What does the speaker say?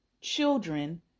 children